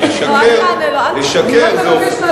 אבל לשקר, לא, אל תענה לו.